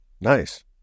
Nice